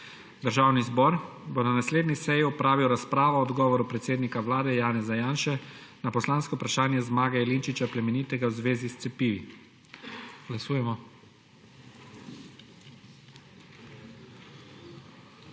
Državni zbor bo na naslednji seji opravil razpravo o odgovoru predsednika Vlade Janeza (Ivana) Janše na poslansko vprašanje Zmaga Jelinčiča Plemenitega v zvezi s cepivi. Glasujemo.